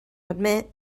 admit